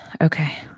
Okay